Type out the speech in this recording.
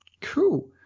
cool